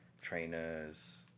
trainers